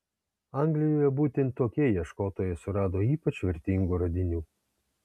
anglijoje būtent tokie ieškotojai surado ypač vertingų radinių